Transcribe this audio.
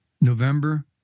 November